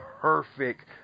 perfect